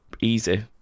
easy